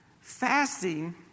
Fasting